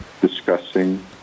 discussing